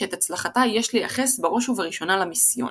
שאת הצלחתה יש לייחס בראש ובראשונה למיסיון.